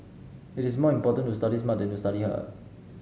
it is more important to study smart than to study hard